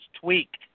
tweaked